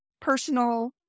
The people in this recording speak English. personal